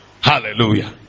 Hallelujah